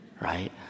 right